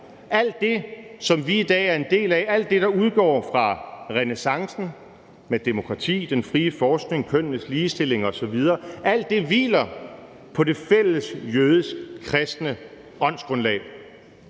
alt det, som vi i dag er en del af, alt det, som udgår fra renæssancen, med demokrati, den frie forskning, kønnenes ligestilling osv. hviler på det fælles jødisk-kristne åndsgrundlag.